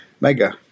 mega